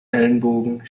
ellbogen